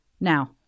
Now